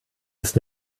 ist